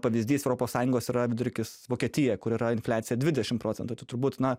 pavyzdys europos sąjungos vidurkis vokietija kur yra infliacija dvidešim procentų tad būtina